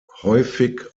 häufig